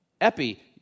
Epi